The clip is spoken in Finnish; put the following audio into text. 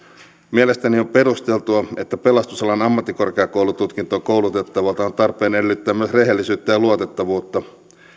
mielestäni on perusteltua että pelastusalan ammattikorkeakoulututkintoon koulutettavalta on tarpeen edellyttää myös rehellisyyttä ja luotettavuutta